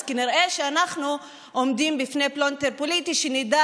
אז כנראה שאנחנו עומדים בפני פלונטר פוליטי שנדע